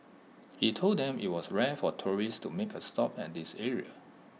he told them IT was rare for tourists to make A stop at this area